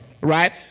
right